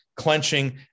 clenching